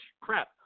Crap